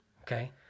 Okay